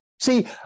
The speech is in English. See